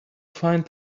find